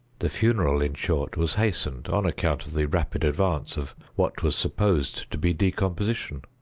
the funeral, in short, was hastened, on account of the rapid advance of what was supposed to be decomposition.